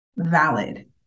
valid